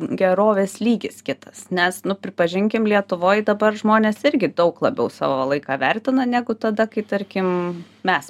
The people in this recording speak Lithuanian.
gerovės lygis kitas nes nu pripažinkim lietuvoj dabar žmonės irgi daug labiau savo laiką vertina negu tada kai tarkim mes